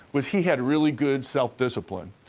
was he had really good self-discipline.